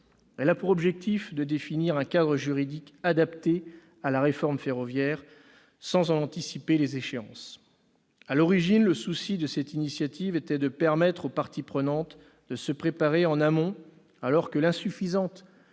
Elle a pour objet de définir un cadre juridique adapté à la réforme ferroviaire, sans en anticiper les échéances. À l'origine, cette initiative visait à permettre aux parties prenantes de se préparer en amont, alors que l'insuffisante